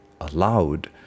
allowed